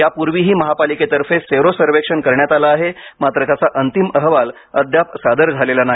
यापूर्वीही महापालिकेतर्फे सेरो सर्वेक्षण करण्यात आलं आहे मात्र त्याचा अंतिम अहवाल अद्याप सादर झालेला नाही